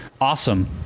awesome